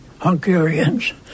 Hungarians